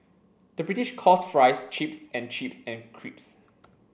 the British calls fries chips and chips and crisps